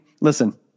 listen